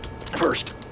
first